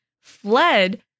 fled